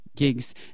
gigs